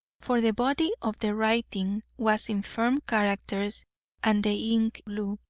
for the body of the writing was in firm characters and the ink blue,